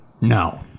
No